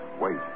wait